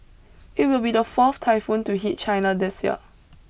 it will be the fourth typhoon to hit China this year